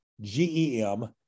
GEM